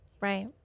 Right